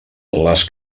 les